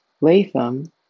Latham